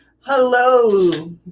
hello